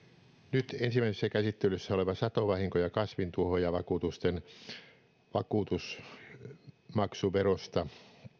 nyt ensimmäisessä käsittelyssä oleva satovahinko ja kasvintuhoojavakuutusten vakuutusmaksuverosta